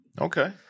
Okay